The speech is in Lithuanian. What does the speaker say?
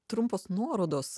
trumpos nuorodos